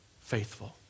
faithful